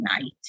night